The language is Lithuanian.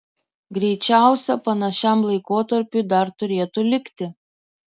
greičiausia panašiam laikotarpiui dar turėtų likti